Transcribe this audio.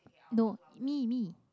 no me me